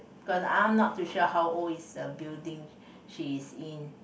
because I'm not too sure how old is the building she is in